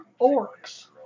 Orcs